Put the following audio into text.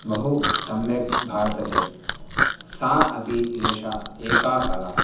बहु सम्यक् भासते सा अपि एषा एका कला